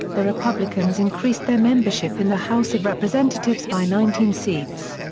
the republicans increased their membership in the house of representatives by nineteen seats.